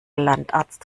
landarzt